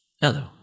Hello